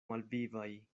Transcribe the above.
malvivaj